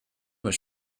was